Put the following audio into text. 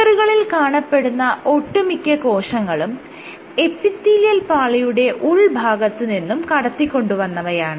ഫിംഗറുകളിൽ കാണപ്പെടുന്ന ഒട്ടുമിക്ക കോശങ്ങളും എപ്പിത്തീലിയൽ പാളിയുടെ ഉൾഭാഗത്ത് നിന്നും കടത്തികൊണ്ടുവന്നവയാണ്